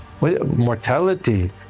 Mortality